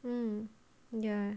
um ya